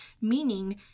Meaning